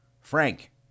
Frank